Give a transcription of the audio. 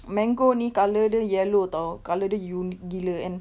mango ni colour dia yellow tahu colour dia unique gila and